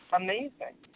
amazing